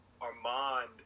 Armand